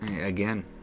again